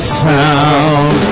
sound